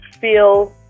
feel